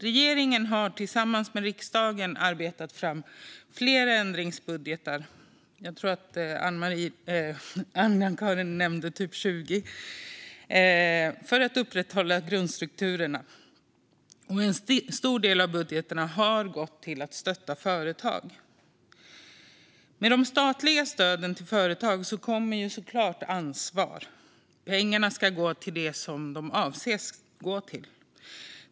Regeringen har tillsammans med riksdagen arbetat fram flera ändringsbudgetar - jag tror att Anna-Caren nämnde att det är kring 20 - för att upprätthålla grundstrukturerna. En stor del av budgetarna har gått till att stötta företag. Med de statliga stöden till företag kommer såklart ansvar. Pengarna ska gå till det de avses gå till.